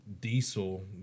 Diesel